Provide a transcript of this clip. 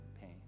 pain